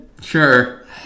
Sure